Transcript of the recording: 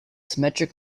symmetric